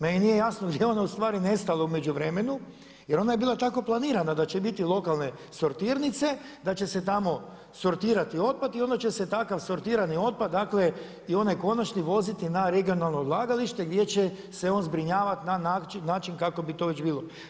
Meni nije jasno gdje je ona nestala u međuvremenu jer ona je bila tako planirana da će biti lokalne sortirnice, da će se tamo sortirati otpad i onda će se takav sortirani otpada i onaj konačni voziti na regionalno odlagalište gdje će se on zbrinjavati na način kako bi to već bilo.